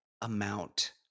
amount